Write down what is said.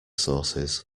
sources